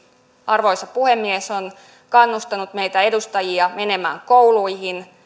arvoisa puhemies on kannustanut meitä edustajia menemään kouluihin